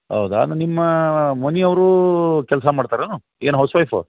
ಹೌದಾ ನಿಮ್ಮ ಮನೆಯವ್ರೂ ಕೆಲಸ ಮಾಡ್ತಾರೇನು ಏನು ಹೌಸ್ ವೈಫೊ